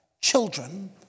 children